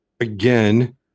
again